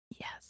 Yes